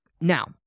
Now